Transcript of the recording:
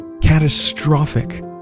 catastrophic